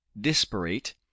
disparate